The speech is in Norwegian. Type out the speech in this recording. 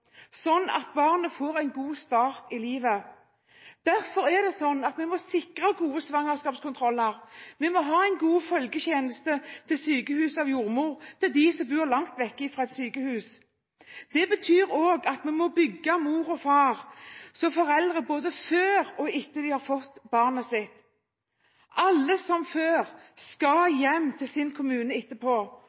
sånn at barnet får en god start i livet. Derfor må vi må sikre gode svangerskapskontroller. Vi må ha en god følgetjeneste til sykehus av jordmor for dem som bor langt unna et sykehus. Det betyr også at vi må bygge mor og far som foreldre både før og etter at de har fått barnet sitt. Alle som føder, skal hjem til sin kommune etterpå.